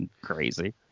crazy